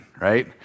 right